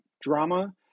drama